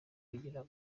kugira